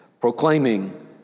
proclaiming